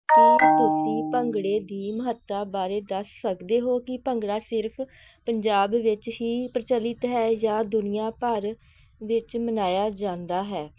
ਕੀ ਤੁਸੀਂ ਭੰਗੜੇ ਦੀ ਮਹੱਤਤਾ ਬਾਰੇ ਦੱਸ ਸਕਦੇ ਹੋ ਕਿ ਭੰਗੜਾ ਸਿਰਫ਼ ਪੰਜਾਬ ਵਿੱਚ ਹੀ ਪ੍ਰਚਲਿਤ ਹੈ ਜਾਂ ਦੁਨੀਆਂ ਭਰ ਵਿੱਚ ਮਨਾਇਆ ਜਾਂਦਾ ਹੈ